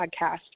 podcast